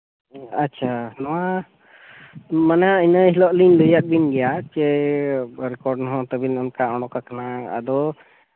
ᱟᱪᱪᱷᱟ ᱱᱚᱣᱟ ᱢᱟᱱᱮ ᱤᱱᱟᱹ ᱦᱤᱞᱳᱜ ᱞᱤᱧ ᱞᱟᱹᱭᱟᱜ ᱵᱤᱱ ᱜᱮᱭᱟ ᱡᱮ ᱨᱮᱠᱳᱨᱰ ᱦᱚᱸ ᱛᱟᱵᱮᱱ ᱚᱱᱠᱟ ᱚᱱᱠᱟ ᱠᱟᱱᱟ ᱟᱫᱚ